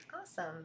Awesome